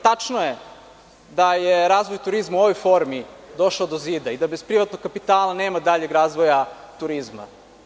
Tačno je da je razvoj turizma u ovoj formi došao do zida i da bez privatnog kapitala nema daljeg razvoja turizma.